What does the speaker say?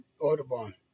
Audubon